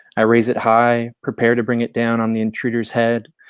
i raise it high, prepare to bring it down on the intruder's head,